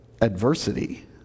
adversity